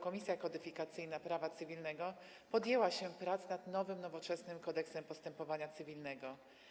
Komisja Kodyfikacyjna Prawa Cywilnego podjęła się prac nad nowym, nowoczesnym Kodeksem postępowania cywilnego.